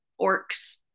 orcs